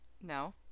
No